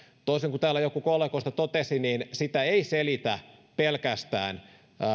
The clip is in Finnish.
toisin kuin täällä joku kollegoista totesi sitä ei selitä pelkästään